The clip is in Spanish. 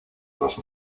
los